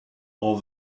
are